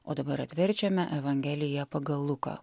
o dabar atverčiame evangeliją pagal luką